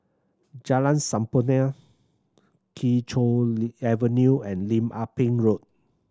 Jalan Sampurna Kee Choe Avenue and Lim Ah Pin Road